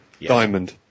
diamond